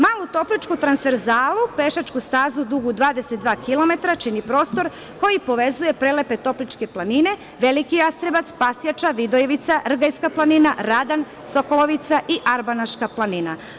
Malu topličku transverzalu, pešačku stazu dugu 22 kilometra, čini prostor koji povezuje prelepe topličke planine: Veliki Jastrebac, Pasjača, Vidojevica, Rgajska planina, Radan, Sokolovica i Arbanaška planina.